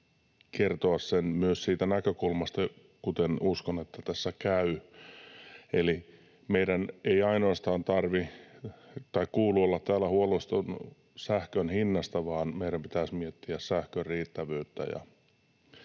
kertoa sen myös siitä näkökulmasta, kuten uskon, että tässä käy, että meidän ei ainoastaan kuulu olla täällä huolestuneita sähkön hinnasta, vaan meidän pitäisi miettiä sähkön riittävyyttä.